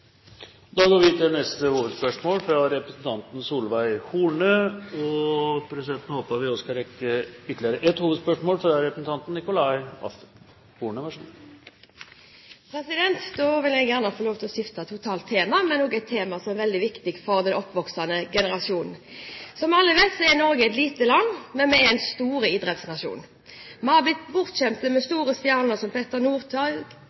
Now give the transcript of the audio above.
Da går vi til neste hovedspørsmål. Da vil jeg gjerne få skifte tema totalt, men til et tema som er veldig viktig for den oppvoksende generasjonen. Som alle vet, er Norge et lite land, men vi er en stor idrettsnasjon. Vi har blitt bortskjemte med